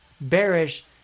bearish